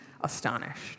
astonished